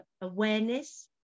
awareness